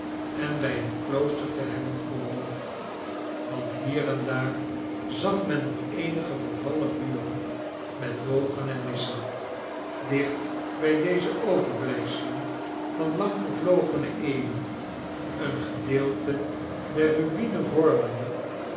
en bij een klooster te hebben behoord want hier en daar zag men nog eenige vervallene muren met bogen en nissen dicht bij deze overblijfselen van lang vervlogene eeuwen een gedeelte der ru'ine vormende